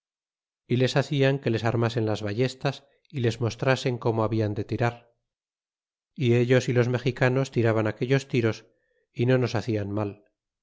y les hacían que les armasen las ballestas y les mostrasen como habian de tirar y ellos y los mexicanos tiraban aquellos tiros y no nos hacian mal